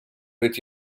with